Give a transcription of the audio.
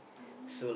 um